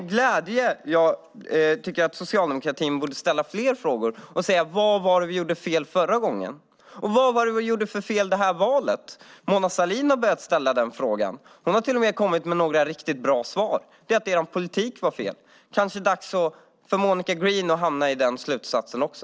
Jag tycker att Socialdemokraterna borde ställa fler frågor och säga: Vad var det vi gjorde fel förra gången? Vad gjorde vi för fel det här valet? Mona Sahlin har börjat ställa den frågan. Hon har till och med kommit med några riktigt bra svar: att er politik var fel. Det kanske är dags för Monica Green att dra den slutsatsen också.